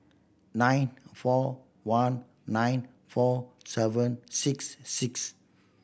nine four one nine four seven six six